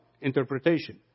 interpretation